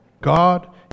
God